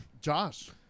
Josh